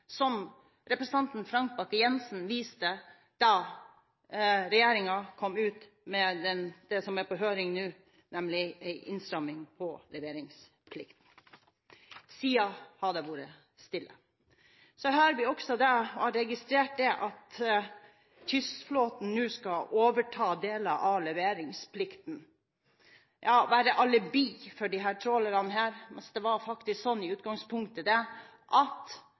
som representanten Frank Bakke-Jensen viste da regjeringen kom ut med det som er på høring nå: innstramming av leveringsplikten. Siden har det vært stille. Så har jeg også registrert at kystflåten nå skal overta deler av leveringsplikten, være et supplement for disse trålerne, mens utgangspunktet faktisk var at det var disse trålerne som skulle være et supplement for kystflåten. Så til representanten Nesvik – det